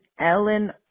Ellen